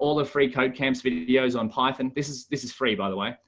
all the free code camps videos on python, this is this is free. by the way,